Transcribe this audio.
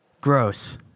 Gross